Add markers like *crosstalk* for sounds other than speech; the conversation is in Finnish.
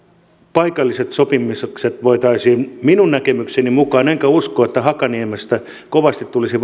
paikalliset sopimukset voitaisiin minun näkemykseni mukaan enkä usko että hakaniemestä kovasti tulisi *unintelligible*